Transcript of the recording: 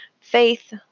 faith